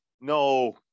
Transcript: No